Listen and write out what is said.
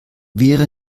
wäre